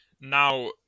Now